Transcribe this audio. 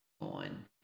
on